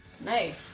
Nice